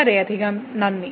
വളരെയധികം നന്ദി